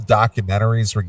documentaries